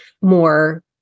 more